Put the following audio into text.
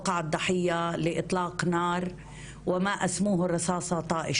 איבדה את חייה על ידי ירי ומה שהם מכנים "כדור תועה".